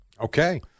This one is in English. Okay